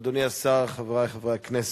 אדוני השר, חברי חברי הכנסת,